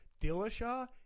Dillashaw